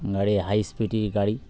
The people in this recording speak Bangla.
গাড়ি হাই স্পিড গাড়ি